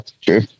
true